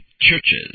churches